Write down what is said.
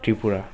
Tripura